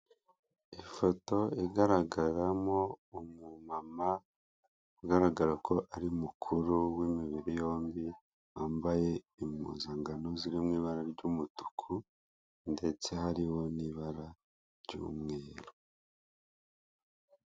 Ifoto igaragaramo umumama ugaragara ko ari mukuru w'imibiri yombi wambaye impuzangano ziri mu ibara ry'umutuku ndetse hariho n'ibara ry'umweru.